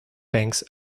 banks